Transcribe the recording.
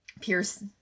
pierce